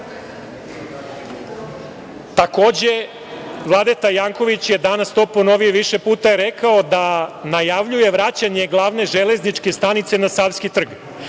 vodi“.Takođe, Vladeta Janković je danas to ponovio više puta i rekao da najavljuje vraćanje Glavne železničke stanice na Savski trg.